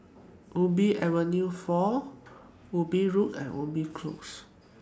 Ubi Avenue four Ubi Road and Ubi Close